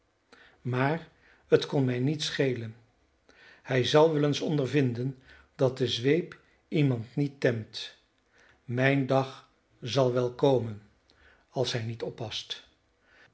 maar het kon mij niet schelen hij zal wel eens ondervinden dat de zweep iemand niet temt mijn dag zal wel komen als hij niet oppast